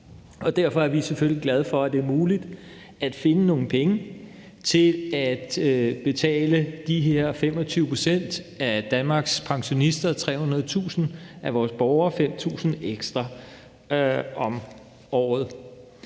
Derfor er vi selvfølgelig glade for, at det er muligt at finde nogle penge til at betale de her 25 pct. af Danmarks pensionister, 300.000 af vores borgere, 5.000 kr. ekstra om året.